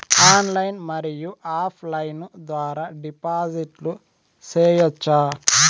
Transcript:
Online మరియు offline ద్వారా డిపాజిట్లు సేయొచ్చా?